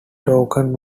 tokens